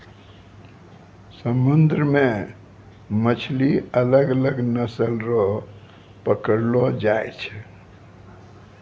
समुन्द्र मे मछली अलग अलग नस्ल रो पकड़लो जाय छै